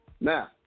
Now